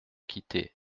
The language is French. quitté